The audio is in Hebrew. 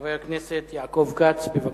חבר הכנסת יעקב כץ, בבקשה.